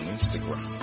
Instagram